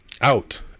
out